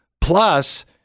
Plus